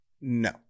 No